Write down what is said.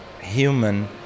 human